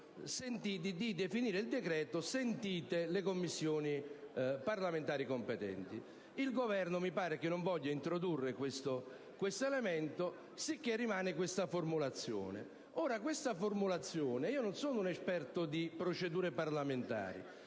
nel definire il decreto, sentite le Commissioni parlamentari competenti. Il Governo mi pare che non voglia introdurre questo elemento, sicché rimane questa formulazione. Premesso che non sono un esperto di procedure parlamentari,